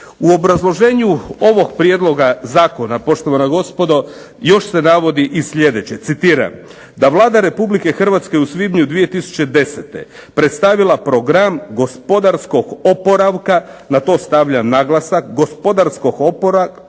U obrazloženju ovog prijedloga zakona poštovana gospodo još se navodi i sljedeće, citiram: "da je Vlada Republike Hrvatske u svibnju 2010. predstavila Program gospodarskog oporavka", na to stavljam naglasak, gospodarskog oporavka,